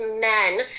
men